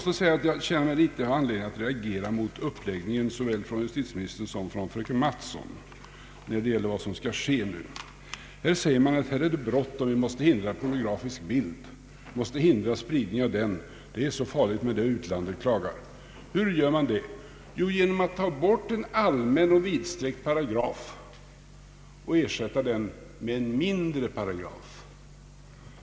Jag känner anledning att reagera mot uppläggningen såväl från justitieministern som från fröken Mattson när det gäller vad som nu skall ske. Här säger man att det är bråttom och att vi måste hindra spridningen av pornografisk bild. En sådan spridning är farlig, och utlandet klagar. Hur gör man då detta? Jo, genom att ta bort en allmän och vidsträckt paragraf och ersätta den med en mindre vidsträckt paragraf.